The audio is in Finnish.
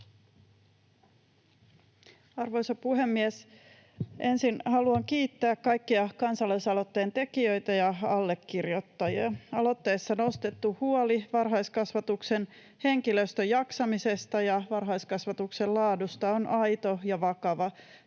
Arvoisa puhemies! Ensin haluan kiittää kaikkia kansalaisaloitteen tekijöitä ja allekirjoittajia. Aloitteessa nostettu huoli varhaiskasvatuksen henkilöstön jaksamisesta ja varhaiskasvatuksen laadusta on aito ja vakava,